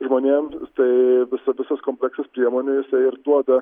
žmonėm tai visa visas kompleksas priemonių jisai ir duoda